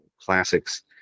classics